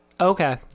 Okay